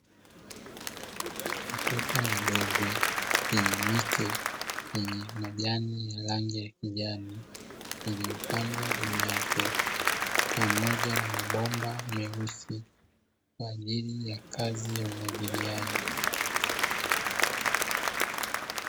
Matuta madogo yenye miti yenye majani ya rangi ya kijani iliyopandwa juu yake pamoja na mabomba meusi kwa ajili ya kazi ya umwagiliaji.